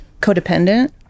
codependent